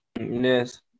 Yes